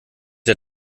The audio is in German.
der